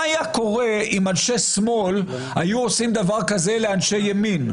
מה היה קורה אם אנשי שמאל היו עושים דבר כזה לאנשי ימין?